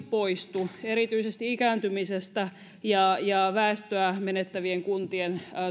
poistu erityisesti ikääntymisestä johtuvat ja väestöä menettävien kuntien